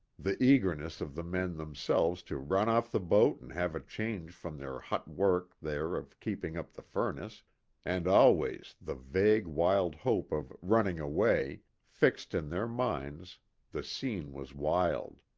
the eagerness of the men themselves to run off the boat and have a change from their hot work there of keeping up the furnace and, always, the vague, wild hope of running away, fixed in their minds the scene was wild.